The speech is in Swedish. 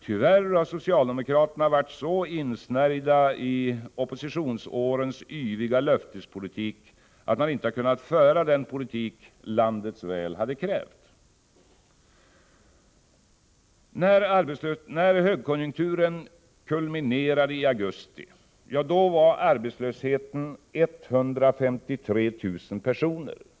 Tyvärr har socialdemokraterna varit så insnärjda i oppositionsårens yviga löftespolitik att de inte kunnat föra den politik landets väl hade krävt. När högkonjunkturen kulminerade i augusti var den öppna arbetslösheten 153 000 personer.